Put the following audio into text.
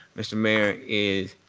mr. mayor, is